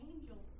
angels